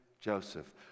Joseph